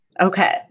Okay